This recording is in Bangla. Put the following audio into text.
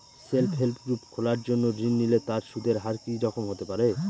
সেল্ফ হেল্প গ্রুপ খোলার জন্য ঋণ নিলে তার সুদের হার কি রকম হতে পারে?